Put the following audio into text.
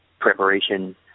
preparation